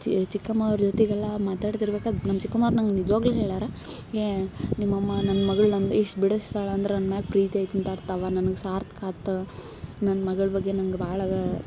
ಚಿ ಚಿಕ್ಕಮ್ಮ ಅವ್ರ ಜೊತೆಗೆಲ್ಲ ಮಾತಾಡ್ತಿರ್ಬೇಕಾದ್ರೆ ನಮ್ಮ ಚಿಕ್ಕಮ್ಮವ್ರು ನನ್ಗೆ ನಿಜ್ವಾಗಲೂ ಹೇಳ್ಯಾರ ನಿಮ್ಮಮ್ಮ ನನ್ನ ಮಗಳು ನಂದು ಎಷ್ಟು ಬಿಡಿಸ್ತಾಳ ಅಂದ್ರ ನನ್ನ ಮ್ಯಾಗೆ ಪ್ರೀತಿ ಆಯ್ತು ಅಂತ ಅರ್ಥವ್ವ ನನಗೆ ಸಾರ್ಥಕ ಆತ ನನ್ನ ಮಗಳು ಬಗ್ಗೆ ನಂಗೆ ಭಾಳ ಅದ